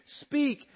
speak